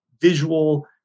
visual